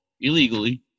illegally